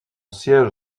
siège